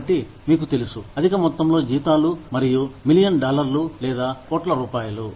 కాబట్టి మీకు తెలుసు అధికమొత్తంలో జీతాలు మరియు మిలియన్ డాలర్లు లేదా కోట్ల రూపాయలు